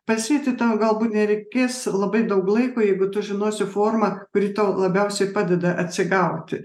pailsėti tau galbūt nereikės labai daug laiko jeigu tu žinosi formą kuri tau labiausiai padeda atsigauti